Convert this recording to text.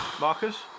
Marcus